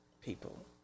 people